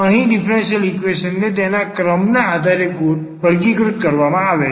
અહીં differential equation ને તેના ક્રમ ના આધારે વર્ગીકૃત કરવામાં આવે છે